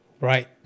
right